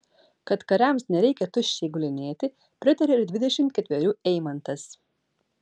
kad kariams nereikia tuščiai gulinėti pritarė ir dvidešimt ketverių eimantas